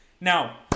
Now